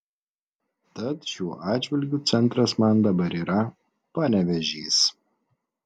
tad šiuo atžvilgiu centras man dabar yra panevėžys